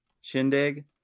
Shindig